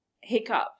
hiccup